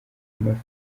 amafi